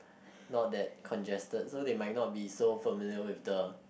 not that congested so they might not be so familiar with the